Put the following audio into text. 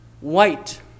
white